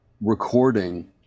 recording